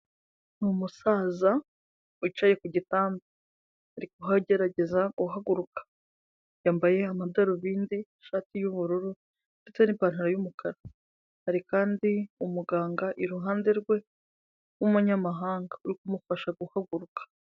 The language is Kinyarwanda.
Ni umusaza wicaye ku gitanda, aho agerageza guhaguruka, yambaye amadarubindi, ishati y'ubururu ndetse ipantaro y'umukara, hari kandi umuganga iruhande rwe, rw'umunyamahanga uri kumufasha guhaguruka.